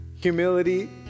humility